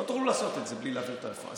לא תוכלו לעשות את זה בלי להעביר את הרפורמה.